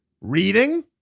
Reading